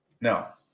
Now